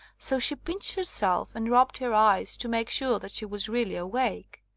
so she pinched herself and rubbed her eyes to make sure that she was really awake.